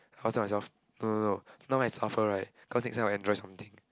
I must tell myself no no no now I suffer right cause next time I'll enjoy something